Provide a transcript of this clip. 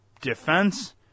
defense